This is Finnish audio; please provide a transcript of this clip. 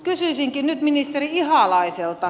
kysyisinkin nyt ministeri ihalaiselta